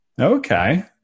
Okay